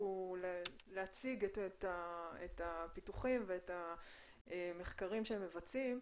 להציג את הפיתוחים ואת המחקרים שהם מבצעים.